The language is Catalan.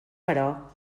però